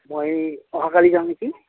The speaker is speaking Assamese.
মই অহাকালি যাওঁ নেকি